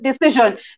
decision